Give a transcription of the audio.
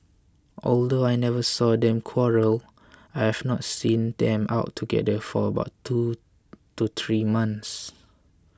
although I never saw them quarrel I haven't seen them out together for about two to three months